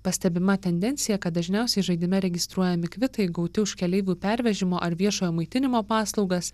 pastebima tendencija kad dažniausiai žaidime registruojami kvitai gauti už keleivių pervežimo ar viešojo maitinimo paslaugas